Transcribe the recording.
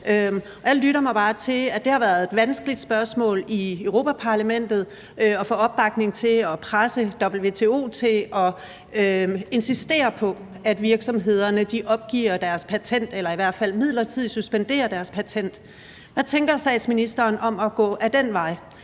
Jeg lytter mig bare til, at det har været et vanskeligt spørgsmål i Europa-Parlamentet at få opbakning til at presse WTO til at insistere på, at virksomhederne opgiver deres patent eller i hvert fald midlertidigt suspenderer deres patent. Hvad tænker statsministeren om at gå ad den vej,